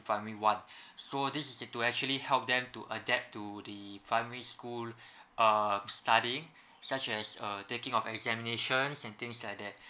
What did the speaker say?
primary one so this is to actually help them to adapt to the primary school uh studying such as uh taking of examinations and things like that